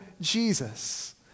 Jesus